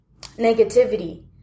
negativity